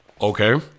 Okay